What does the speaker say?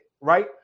right